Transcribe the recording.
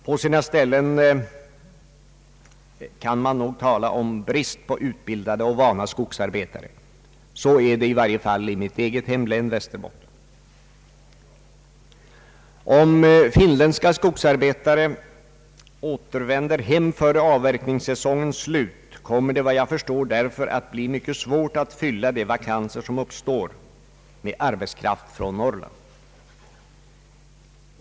På sina ställen kan man tala om brist på utbildade och vana skogsarbetare. Så är det i varje fall i mitt eget hemlän, Västerbotten. Om finländska skogsarbetare återvänder hem före avverkningssäsongens slut, kommer det, såvitt jag förstår, att bli mycket svårt att med arbetskraft från Norrland fylla de vakanser som uppstår.